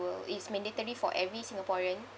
will is mandatory for every singaporean